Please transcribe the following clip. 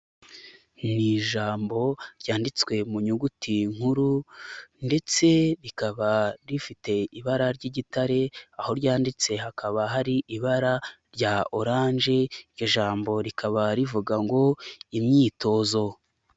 Ni ijambo ryanditswe mu nyuguti nkuru ndetse rikaba rifite ibara ry'igitare aho ryanditse hakaba hari ibara rya oranje, iryo jambo rikaba rivuga ngo imyitozo.